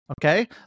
Okay